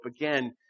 again